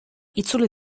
itzuli